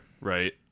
right